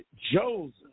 Joseph